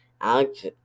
alex